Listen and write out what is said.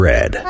Red